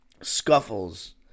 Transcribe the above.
scuffles